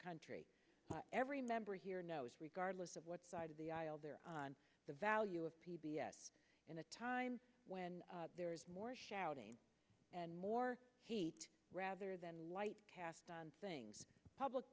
country but every member here knows regardless of what side of the aisle they're on the value of p b s in a time when there is more shouting and more heat rather than light cast on things public